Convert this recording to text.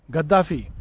Gaddafi